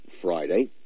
friday